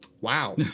Wow